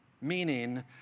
meaning